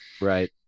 Right